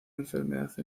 enfermedad